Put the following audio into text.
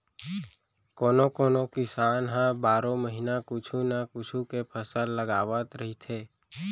कोनो कोनो किसान ह बारो महिना कुछू न कुछू के फसल लगावत रहिथे